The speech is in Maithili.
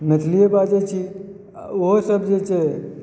मैथिलिए बाजए छी आ ओहो सब जे छै